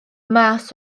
mas